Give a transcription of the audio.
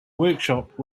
workshop